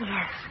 Yes